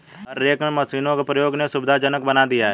हे रेक में मशीनों के प्रयोग ने सुविधाजनक बना दिया है